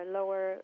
lower